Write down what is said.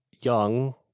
young